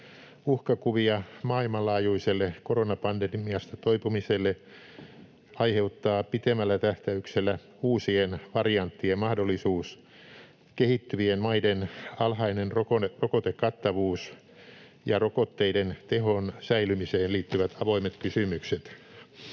Uhkakuvia maailmanlaajuiselle koronapandemiasta toipumiselle aiheuttavat pitemmällä tähtäyksellä uusien varianttien mahdollisuus, kehittyvien maiden alhainen rokotekattavuus ja rokotteiden tehon säilymiseen liittyvät avoimet kysymykset.